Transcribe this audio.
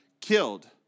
killed